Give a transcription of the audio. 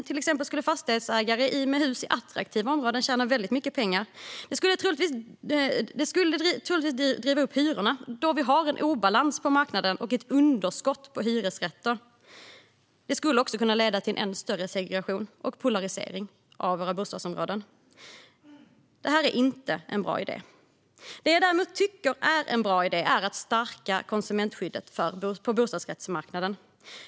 Till exempel skulle fastighetsägare med hus i attraktiva områden tjäna väldigt mycket pengar. Det skulle troligtvis driva upp hyrorna då vi har en obalans på marknaden och ett underskott på hyresrätter. Det skulle också kunna leda till än större segregation och polarisering av våra bostadsområden. Det här är inte en bra idé. Vad jag däremot tycker är en bra idé är att stärka konsumentskyddet på bostadsrättsmarknaden.